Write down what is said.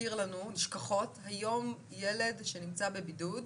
היום ילד שנמצא בבידוד,